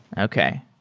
okay.